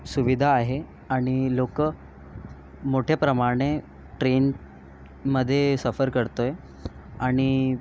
सुविधा आहे आणि लोक मोठ्या प्रमाणे ट्रेनमध्ये सफर करतोय आणि